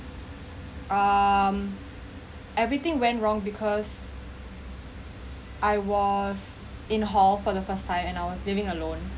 um everything went wrong because I was in hall for the first time and I was living alone